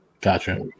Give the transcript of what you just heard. Gotcha